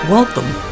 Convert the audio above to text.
Welcome